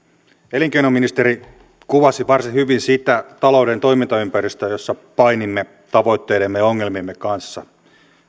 elinkeinoministeri kuvasi varsin hyvin sitä talouden toimintaympäristöä jossa painimme tavoitteidemme ja ongelmiemme kanssa